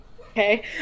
Okay